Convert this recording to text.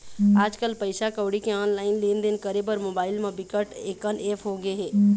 आजकल पइसा कउड़ी के ऑनलाईन लेनदेन करे बर मोबाईल म बिकट अकन ऐप होगे हे